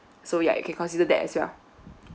so yeah you can consider that as well